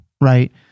right